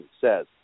says